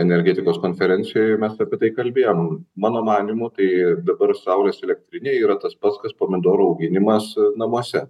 energetikos konferencijoj mes apie tai kalbėjom mano manymu tai dabar saulės elektrinė yra tas pats kas pomidorų auginimas namuose